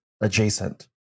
adjacent